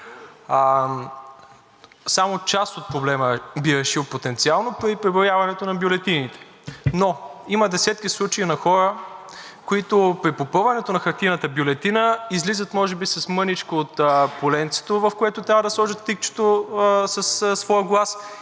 Само част от проблема би се решил потенциално при преброяването на бюлетините. Но има десетки случаи на хора, които при попълването на хартиената бюлетина излизат може би с мъничко от поленцето, в което трябва да сложат тикчето със своя глас,